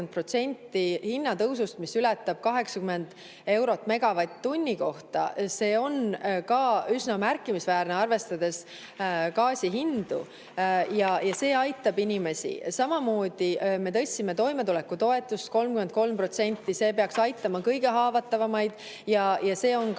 hinnatõusust, mis ületab 80 eurot megavatt-tunni kohta. See on ka üsna märkimisväärne, arvestades gaasi hindu. See aitab inimesi. Samamoodi me tõstsime toimetulekutoetust 33%, see peaks aitama kõige haavatavamaid. Ja see on ka